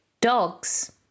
Dogs